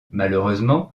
malheureusement